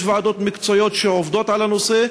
יש ועדות מקצועיות שעובדות על הנושא,